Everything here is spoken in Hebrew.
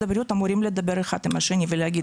הבריאות אמורים לדבר אחד עם השני ולהגיד,